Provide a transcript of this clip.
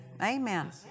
Amen